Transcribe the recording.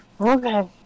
Okay